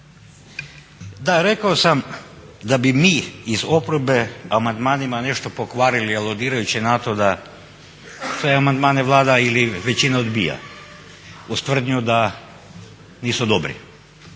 Da rekao sam da bi mi iz oporbe amandmanima nešto pokvarili aludirajući na to da sve amandmane Vlada ili većinu odbija uz tvrdnju da nisu dobri.